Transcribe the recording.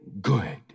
good